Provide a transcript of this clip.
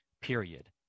period